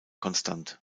konstant